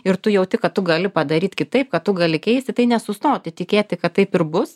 ir tu jauti kad tu gali padaryt kitaip kad tu gali keisti tai nesustoti tikėti kad taip ir bus